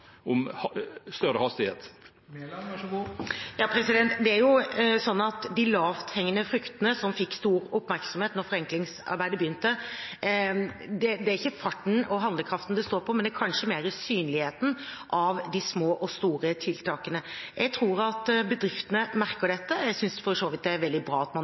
om større hastighet. Når det gjelder de lavthengende fruktene som fikk stor oppmerksomhet da forenklingsarbeidet begynte, er det ikke farten og handlekraften det står på, men kanskje mer synligheten av de små og store tiltakene. Jeg tror at bedriftene merker dette. Jeg synes for så vidt det er veldig bra at man